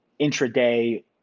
intraday